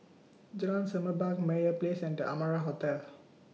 Jalan Semerbak Meyer Place and The Amara Hotel